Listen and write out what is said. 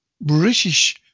British